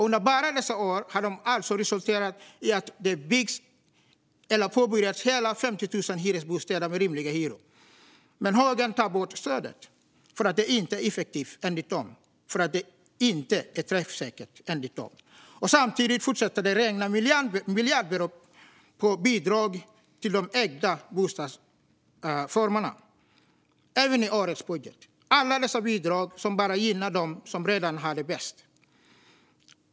Under bara dessa år har de alltså resulterat i att hela 50 000 hyresbostäder med rimliga hyror har byggts eller börjat byggas. Men högern tar bort stödet, för att det, enligt dem, inte är effektivt och inte träffsäkert. Samtidigt fortsätter det att regna miljardbelopp i form av bidrag till de ägda bostadsformerna, även i årets budget. Alla dessa bidrag gynnar bara dem som redan har det bäst.